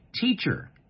Teacher